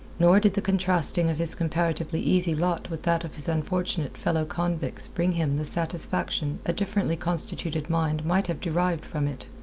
nor did the contrasting of his comparatively easy lot with that of his unfortunate fellow-convicts bring him the satisfaction a differently constituted mind might have derived from it.